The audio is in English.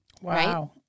Wow